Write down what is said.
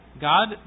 God